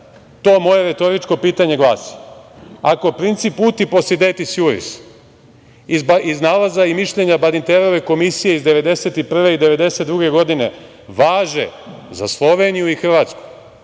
moje retoričko pitanje glasi – ako princip „uti posedetis juris“ iz nalaza i mišljenja Badinterove komisije iz 1991. i 1992. godine važe za Sloveniju i Hrvatsku,